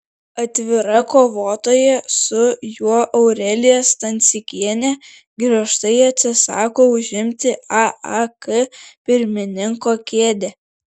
atvira kovotoja su juo aurelija stancikienė griežtai atsisako užimti aak pirmininko kėdę